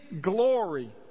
glory